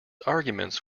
arguments